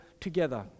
together